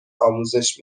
آموزش